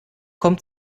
kommt